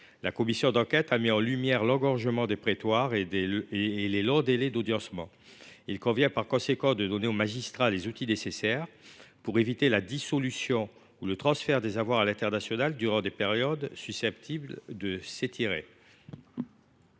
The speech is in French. la commission d’enquête ayant mis en lumière l’engorgement des prétoires et les longs délais d’audiencement. Il convient par conséquent d’outiller les magistrats, afin d’éviter la dissolution ou le transfert des avoirs à l’international durant des périodes susceptibles de s’étirer.